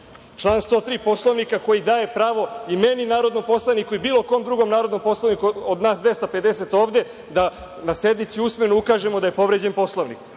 Član 103. Poslovnika, koji daje pravo i meni, narodnom poslaniku, i bilo kom drugom narodnom poslaniku od nas 250 ovde da na sednici usmeno ukažemo da je povređen Poslovnik.